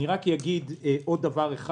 אני אגיד רק עוד דבר אחד.